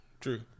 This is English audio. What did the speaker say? True